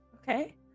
Okay